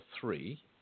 three